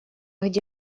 где